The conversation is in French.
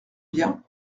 bien